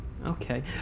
Okay